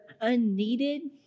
unneeded